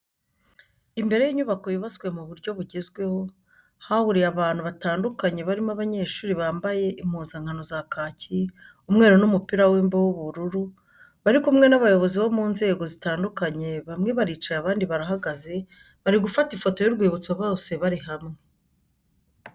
Imbere y'inyubako yubatswe mu buryo bugezweho hahuriye abantu batandukanye barimo abanyeshuri bambaye impuzankano za kaki, umweru n'umupira w'imbeho w'ubururu bari kumwe n'abayobozi bo mu nzego zitandukanye bamwe baricaye abandi barahagaze bari gufata ifoto y'urwibutso bose bari hamwe.